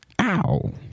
Ow